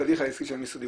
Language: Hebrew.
התהליך העסקי של המשרדים,